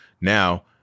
Now